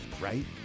right